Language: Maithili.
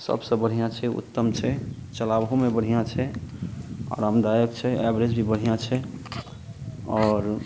सभसँ बढ़िआँ छै उत्तम छै चलाबहोमे बढ़िआँ छै आरामदायक छै एवरेज भी बढ़िआँ छै आओर